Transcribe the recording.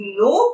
no